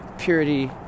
Purity